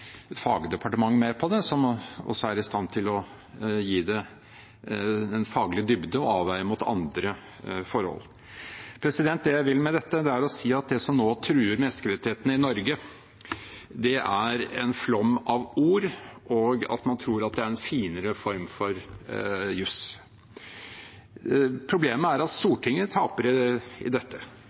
et fagdepartement med på det, som også er i stand til å gi det en faglig dybde og avveie mot andre forhold. Det jeg vil med dette, er å si at det som nå truer menneskerettighetene i Norge, er en flom av ord og at man tror det er en finere form for juss. Problemet er at Stortinget taper i dette. Våre demokratiske institusjoner svekkes når vi gjør det